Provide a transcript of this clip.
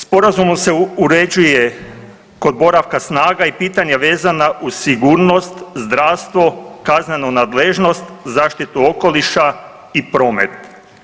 Sporazumom se uređuje kod boravka snaga i pitanje vezana uz sigurnost, zdravstvo, kaznenu nadležnost, zaštitu okoliša i promet.